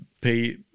pay